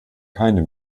keine